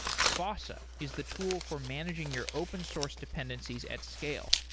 fossa is the tool for managing your open source dependencies at scale.